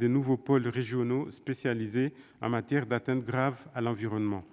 des nouveaux pôles régionaux spécialisés en matière d'atteintes graves à l'environnement.